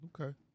Okay